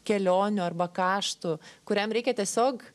kelionių arba kaštų kuriam reikia tiesiog